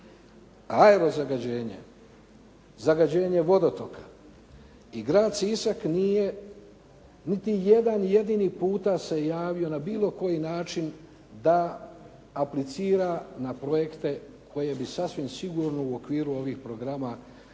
aero zagađenje, zagađenje vodotoka i grad Sisak nije niti jedan jedini puta se javio na bilo koji način da aplicira na projekte koje bi sasvim sigurno u okviru ovih programa,